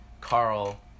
Carl